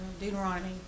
Deuteronomy